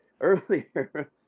earlier